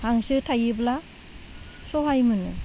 हांसो थायोब्ला सहाय मोनो